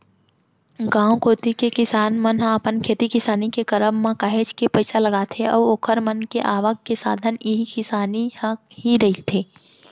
गांव कोती के किसान मन ह अपन खेती किसानी के करब म काहेच के पइसा लगाथे अऊ ओखर मन के आवक के साधन इही किसानी ह ही रहिथे